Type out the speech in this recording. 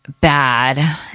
bad